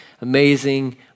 amazing